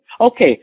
Okay